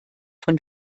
von